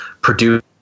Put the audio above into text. produce